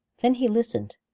then he listened,